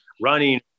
running